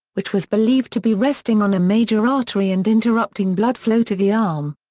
which was believed to be resting on a major artery and interrupting blood flow to the arm.